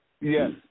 Yes